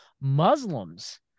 muslims